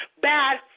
bad